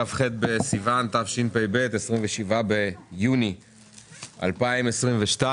כ"ח בסיון התשפ"ב 27 ביוני 2022,